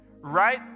Right